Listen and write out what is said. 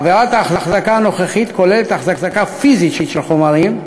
עבירת ההחזקה הנוכחית כוללת החזקה פיזית של חומרים,